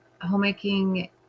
Homemaking